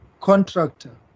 contractor